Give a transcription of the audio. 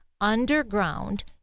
underground